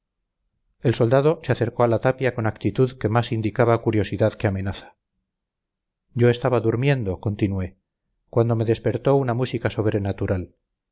el soldado se acercó a la tapia con actitud que más indicaba curiosidad que amenaza yo estaba durmiendo continué cuando me despertó una música sobrenatural